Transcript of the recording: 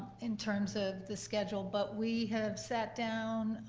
in terms of the schedule. but we have sat down